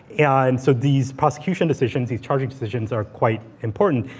yeah and so these prosecution decisions, these charging decisions are quite important.